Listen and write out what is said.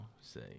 say